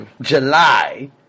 July